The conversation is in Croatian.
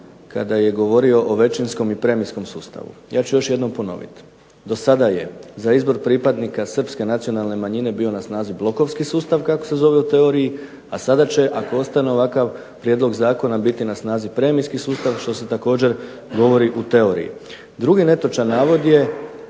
kada je govorio o većinskom i premijskom sustavu. Ja ću još jednom ponoviti, dosada je za izbor pripadnika srpske nacionalne manjine bio na snazi blokovski sustav, kako se zove u teoriji, a sada će ako ostane ovakav prijedlog zakona biti na snazi premijski sustav što se također govori u teoriji. Drugi netočan navod je